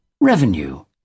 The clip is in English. Revenue